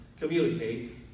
communicate